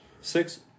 Six